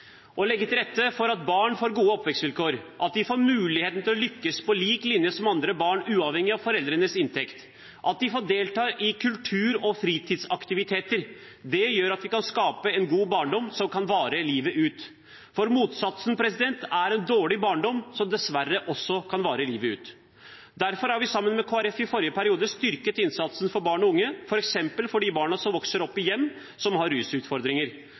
Å legge til rette for at barn får gode oppvekstvilkår, at de får muligheten til å lykkes på lik linje som andre barn, uavhengig av foreldrenes inntekt, at de får delta i kultur og fritidsaktiviteter, gjør at vi kan skape en god barndom som kan vare livet ut. For motsatsen er en dårlig barndom som dessverre også kan vare livet ut. Derfor har vi sammen med Kristelig Folkeparti i forrige periode styrket innsatsen for barn og unge, f.eks. for de barna som vokser opp i hjem som har rusutfordringer.